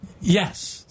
Yes